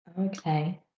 Okay